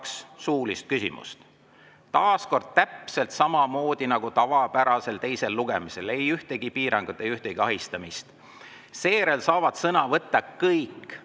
suulist küsimust. Taas kord, täpselt samamoodi nagu tavapärasel teisel lugemisel ei [ole ka nüüd] ühtegi piirangut, ühtegi ahistamist. Seejärel saavad sõna võtta kõik,